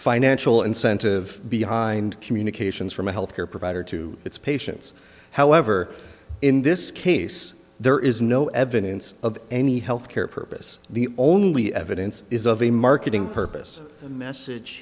financial incentive behind communications from a health care provider to its patients however in this case there is no evidence of any health care purpose the only evidence is of a marketing purpose the message